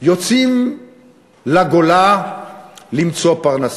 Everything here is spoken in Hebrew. יוצאים לגולה למצוא פרנסה.